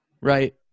right